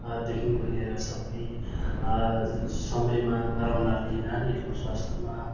देखिको लिएर सबै समयमा गराउनाले नानीहरूको स्वास्थ्यमा